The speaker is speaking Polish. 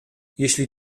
jeśli